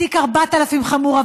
תיק 4000 הוא חמור,